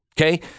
Okay